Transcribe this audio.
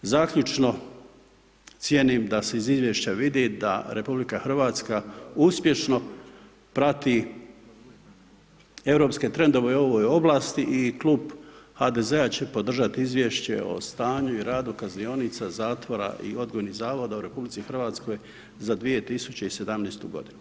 Zaključno, cijenim da se iz izvješća vidi da RH uspješno prati europske trendove u ovoj oblasti i klub HDZ-a će podržati Izvješće o stanju i radu kaznionica, zatvora i odgojnih zavoda u RH za 2017. godinu.